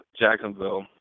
Jacksonville